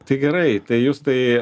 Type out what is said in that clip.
tai gerai tai justai